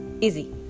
easy